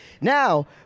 Now